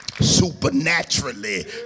supernaturally